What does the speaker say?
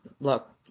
look